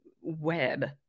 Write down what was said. web